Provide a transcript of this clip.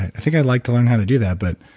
i think i'd like to learn how to do that, but